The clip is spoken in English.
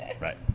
Right